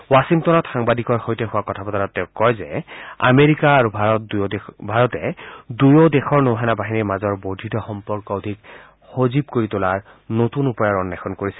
ৱাখিংটনত সাংবাদিকৰ সৈতে হোৱা কথা বতৰাত তেওঁ কয় যে আমেৰিকা আৰু ভাৰতে উভয় দেশৰ নৌসেনা বাহিনীৰ মাজৰ বৰ্ধিত সম্পৰ্ক অধিক জীৱন্ত কৰি তোলাৰ নতুন উপায়ৰ অন্বেষণ কৰিছে